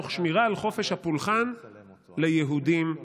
תוך שמירה על חופש הפולחן ליהודים בהר.